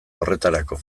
horretarako